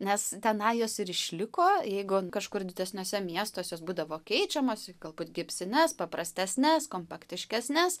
nes tenai jos ir išliko jeigu kažkur didesniuose miestuos jos būdavo keičiamos galbūt gipsines paprastesnes kompaktiškesnes